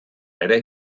ere